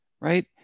right